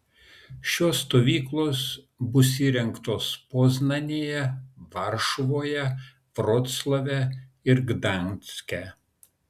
šios stovyklos bus įrengtos poznanėje varšuvoje vroclave ir gdanske